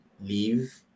leave